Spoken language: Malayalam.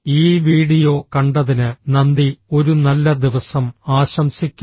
ഈ വീഡിയോ കണ്ടതിന് നന്ദി ഒരു നല്ല ദിവസം ആശംസിക്കുന്നു